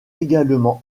également